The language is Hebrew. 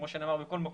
כמו שנאמר בכל מקום.